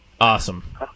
awesome